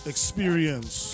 experience